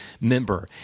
member